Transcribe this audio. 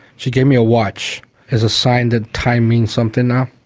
she gave me a watch as a sign that time means something now,